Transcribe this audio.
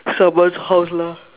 someone's house lah